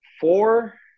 four